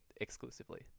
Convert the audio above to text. exclusively